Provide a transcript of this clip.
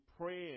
praying